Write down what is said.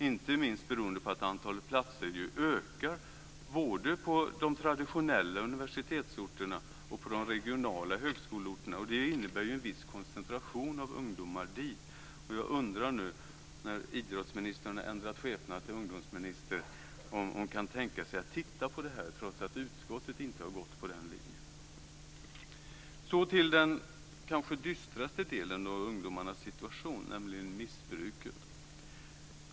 Inte minst beroende på att antalet platser ökar både på de traditionella universitetsorterna och på de regionala högskoleorterna. Det innebär en viss koncentration av ungdomar dit. Jag undrar när nu idrottsministern ändrat skepnad till ungdomsminister om hon kan tänka sig att titta på detta, trots att utskottet inte har gått på den linjen. Så till den kanske dystraste delen av ungdomarnas situation, nämligen missbruket.